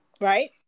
right